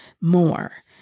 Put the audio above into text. more